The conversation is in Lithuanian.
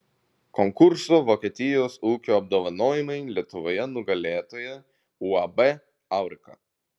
konkurso vokietijos ūkio apdovanojimai lietuvoje nugalėtoja uab aurika